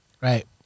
Right